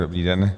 Dobrý den.